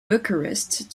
bucharest